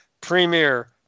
premier